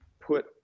put